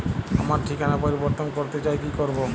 আমার ঠিকানা পরিবর্তন করতে চাই কী করব?